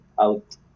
out